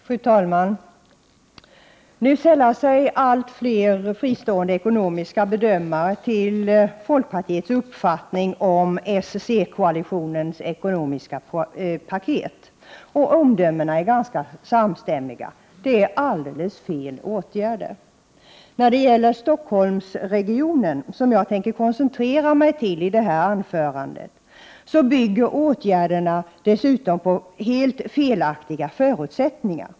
Fru talman! Nu sällar sig allt fler fristående ekonomiska bedömare till folkpartiets uppfattning om socialdemokraternas och centerns ekonomiska paket. Omdömena är samstämmiga — det är helt felaktiga åtgärder. När det gäller Stockholmsregionen, som jag tänker koncentrera mig på i detta anförande, bygger åtgärderna på helt felaktiga förutsättningar.